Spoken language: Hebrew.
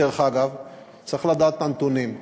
דרך אגב, צריך לדעת את הנתונים: